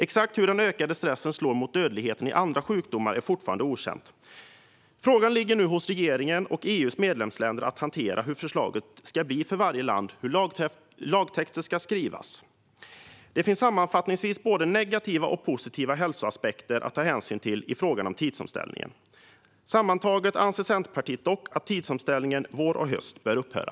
Exakt hur den ökade stressen slår mot dödligheten i andra sjukdomar är fortfarande okänt. Frågan ligger nu hos regeringen och EU:s medlemsländer att hantera vad gäller hur förslaget ska bli för varje land och hur lagtexter ska skrivas. Det finns sammanfattningsvis både negativa och positiva hälsoaspekter i fråga om tidsomställning att ta hänsyn till. Sammantaget anser Centerpartiet dock att tidsomställningen vår och höst bör upphöra.